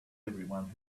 everyone